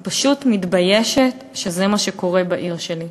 אני פשוט מתביישת שזה מה שקורה בעיר שלי.